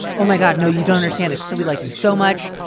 oh, my god, no. you don't know spanish. so we like you so much.